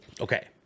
Okay